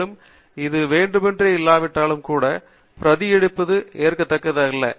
மேலும் அது வேண்டுமென்றே இல்லாவிட்டாலும் கூட பிரதி எடுப்பது ஏற்கத்தக்கது அல்ல